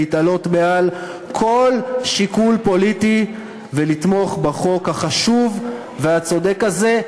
להתעלות מעל כל שיקול פוליטי ולתמוך בחוק החשוב והצודק הזה,